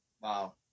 wow